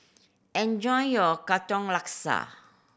enjoy your Katong Laksa